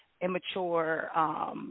immature